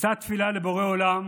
אשא תפילה לבורא עולם